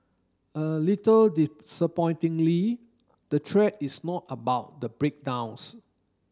a little disappointingly the thread is not about the breakdowns